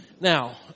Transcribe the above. Now